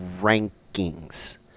rankings